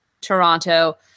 Toronto